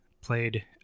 Played